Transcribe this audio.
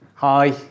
Hi